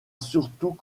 surtout